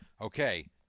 Okay